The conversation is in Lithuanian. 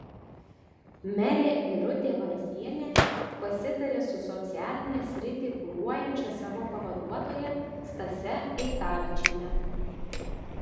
merė irutė varzienė pasitarė su socialinę sritį kuruojančia savo pavaduotoja stase eitavičiene